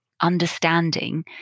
understanding